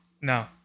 No